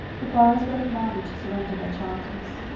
the boroughs were commanded to surrender their charters.